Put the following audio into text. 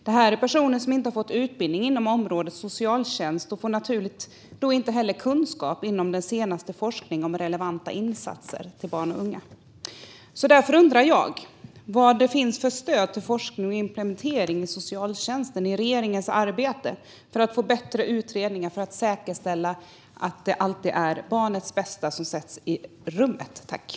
Det är personer som inte har fått utbildning inom området socialtjänst. De har naturligt då inte heller kunskap om den senaste forskningen om relevanta insatser för barn och unga. Därför undrar jag vad det finns för stöd till forskning och implementering inom socialtjänsten i regeringens arbete. Det handlar om att få bättre utredningar för att säkerställa att det alltid är barnets bästa som sätts i främsta rummet.